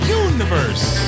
universe